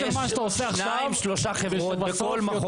יש שניים-שלושה חברות בכל מחוז,